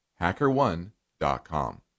HackerOne.com